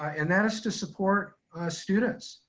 and that is to support students,